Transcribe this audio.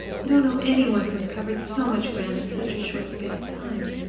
i don't know any one who has covered so much ground in such a short space of time.